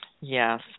yes